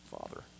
Father